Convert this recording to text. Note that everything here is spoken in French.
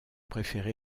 préféré